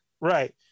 right